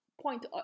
point